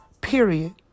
period